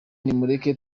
nimureke